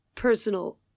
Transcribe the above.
personal